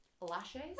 lashes